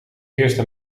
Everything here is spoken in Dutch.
eerste